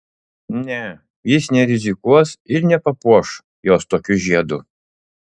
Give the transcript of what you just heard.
ne jis nerizikuos ir nepapuoš jos tokiu žiedu